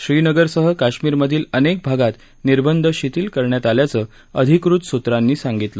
श्रीनगरसह काश्मीरमधील अनेक भागात निर्बंध शिथिल करण्यात आल्याचं अधिकृत सूत्रांनी सांगितलं